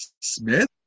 Smith